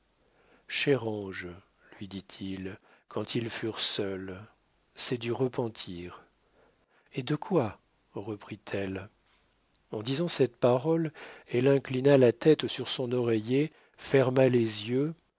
ange lui dit-il quand ils furent seuls c'est du repentir et de quoi reprit-elle en disant cette parole elle inclina la tête sur son oreiller ferma les yeux